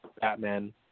Batman